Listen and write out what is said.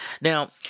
Now